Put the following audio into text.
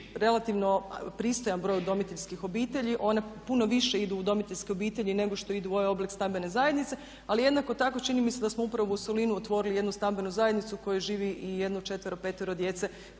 relativno pristojan broj udomiteljskih obitelji, one puno više idu u udomiteljske obitelji nego što idu u ovaj oblik stambene zajednice. Ali jednako tako čini mi se da smo upravo u Solinu otvorili jednu stambenu zajednicu u kojoj živi i jedno 4, 5 djece